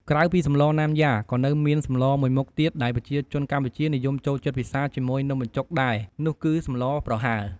ក្រៅពីសម្លណាំយ៉ាក៏នៅមានសម្លមួយមុខទៀតដែលប្រជាជនកម្ពុជានិយមចូលចិត្តពិសាជាមួយនំបញ្ចុកដែរ នោះគឺសម្លប្រហើរ។